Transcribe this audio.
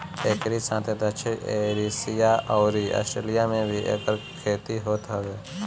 एकरी साथे दक्षिण एशिया अउरी आस्ट्रेलिया में भी एकर खेती होत हवे